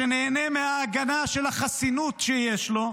שנהנה מההגנה של החסינות שיש לו,